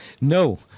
No